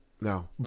no